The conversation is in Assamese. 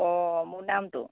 অঁ মোৰ নামটো